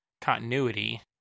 continuity